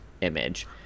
image